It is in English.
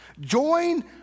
Join